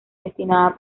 destinada